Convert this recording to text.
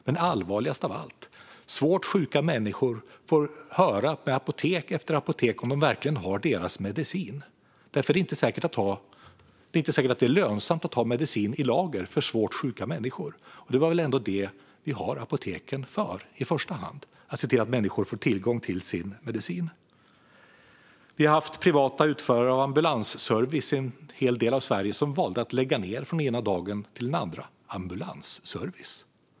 Men allvarligast av allt är att svårt sjuka människor får höra sig för på apotek efter apotek om man verkligen har deras medicin, för det är inte säkert att det är lönsamt att ha medicin i lager för svårt sjuka människor. Det är väl ändå detta vi har apoteken för i första hand - att se till att människor får tillgång till sin medicin? I en del av Sverige har vi haft privata utförare av ambulansservice som valt att lägga ned sin verksamhet från ena dagen till den andra. Ambulansservice!